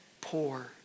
poor